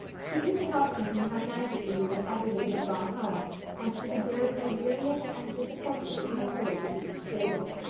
she couldn't help thinking how nice it would be when everybody had gone home and she could bury her weariness and disappointment in the pillows of the east gable.